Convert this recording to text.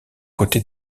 côtés